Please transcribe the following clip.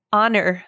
honor